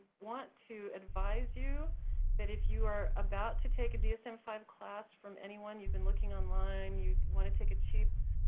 want to advise you that if you are about to take a dsm five class from anyone, you've been looking online, you wanna take a cheap,